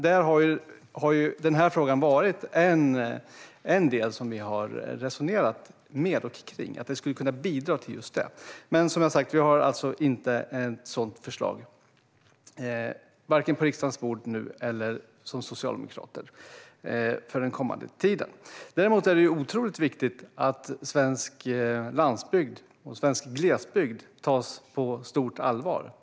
Där har denna fråga varit en del som vi har resonerat kring och att detta skulle kunna bidra till just det. Men, som jag har sagt, vi har alltså inte ett sådant förslag på riksdagens bord nu. Inte heller Socialdemokraterna har ett sådant förslag för den kommande tiden. Däremot är det otroligt viktigt att svensk landsbygd och svensk glesbygd tas på stort allvar.